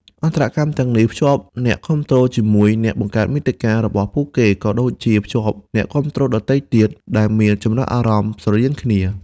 អន្តរកម្មទាំងនេះ ភ្ជាប់អ្នកគាំទ្រជាមួយអ្នកបង្កើតមាតិកា របស់ពួកគេ ក៏ដូចជា ភ្ជាប់អ្នកគាំទ្រដទៃទៀត ដែលមានចំណាប់អារម្មណ៍ស្រដៀងគ្នា។